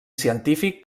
científic